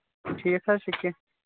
ٹھیٖک حظ چھُ